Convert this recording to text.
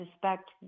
suspect